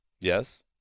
Yes